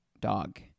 dog